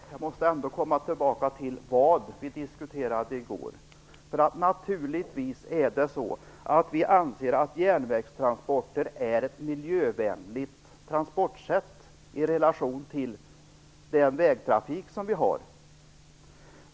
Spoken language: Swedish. Herr talman! Jag måste ändå komma tillbaka till vad vi diskuterade i går. Naturligtvis anser vi att järnvägstransporter är ett miljövänligt transportsätt i relation till den vägtrafik som vi har.